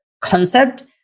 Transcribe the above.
concept